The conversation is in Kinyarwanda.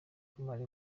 kumara